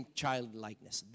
childlikeness